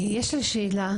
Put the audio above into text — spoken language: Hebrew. יש לי שאלה,